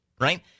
right